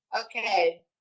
Okay